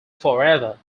forever